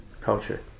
culture